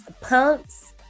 Pumps